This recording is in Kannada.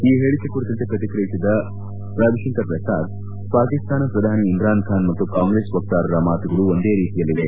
ಈ ಹೇಳಿಕೆ ಕುರಿತಂತೆ ಪ್ರತಿಕ್ರಿಯಿಸಿದ ರವಿಶಂಕರ್ ಪ್ರಸಾದ್ ಪಾಕಿಸ್ತಾನ ಪ್ರಧಾನಿ ಇಮ್ರಾನ್ ಖಾನ್ ಮತ್ತು ಕಾಂಗ್ರೆಸ್ ವಕ್ತಾರರ ಮಾತುಗಳು ಒಂದೇ ರೀತಿಯಲ್ಲಿವೆ